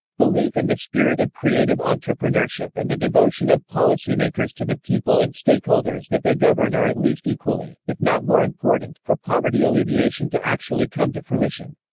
belief in the spirit of creative entrepreneurship and the devotion of policymakers to the people and stakeholders that they govern are at least equally, if not more important, for poverty alleviation to actually come to fruition.